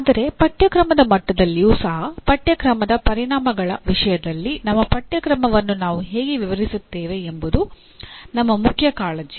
ಆದರೆ ಪಠ್ಯಕ್ರಮದ ಮಟ್ಟದಲ್ಲಿಯೂ ಸಹ ಪಠ್ಯಕ್ರಮದ ಪರಿಣಾಮಗಳ ವಿಷಯದಲ್ಲಿ ನಮ್ಮ ಪಠ್ಯಕ್ರಮವನ್ನು ನಾವು ಹೇಗೆ ವಿವರಿಸುತ್ತೇವೆ ಎಂಬುದು ನಮ್ಮ ಮುಖ್ಯ ಕಾಳಜಿ